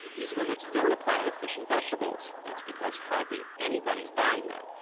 these limits don't apply to fish and vegetables. that's because hardly anybody's buying them.